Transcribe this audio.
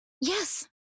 Yes